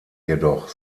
jedoch